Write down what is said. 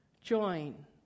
join